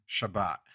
Shabbat